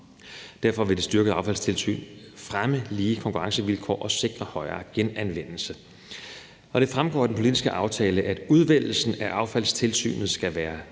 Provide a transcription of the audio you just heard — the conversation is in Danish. Derfor vil det styrkede affaldstilsyn fremme lige konkurrencevilkår og sikre højere genanvendelse. Det fremgår af den politiske aftale, at udvælgelsen af affaldstilsynet skal være